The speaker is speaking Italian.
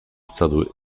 stato